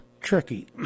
tricky